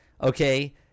okay